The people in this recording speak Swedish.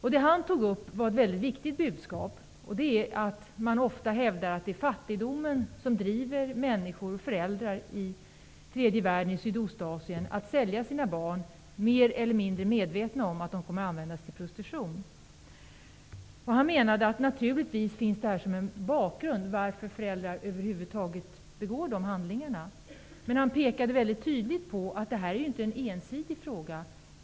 Han hade ett mycket viktigt budskap: Ofta hävdar man ju att det är fattigdomen som driver föräldrar i tredje världen och i Sydostasien att sälja sina barn, mer eller mindre medvetna om att de kommer att användas till prostitution. Han menade att det naturligtvis är en bakgrund till att föräldrar över huvud taget begår sådana handlingar, men han pekade också på att det här inte är en ensidig fråga.